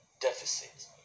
deficit